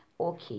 Okay